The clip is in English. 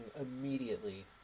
immediately